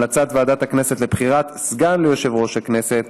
המלצת ועדת הכנסת לבחירת סגן ליושב-ראש הכנסת.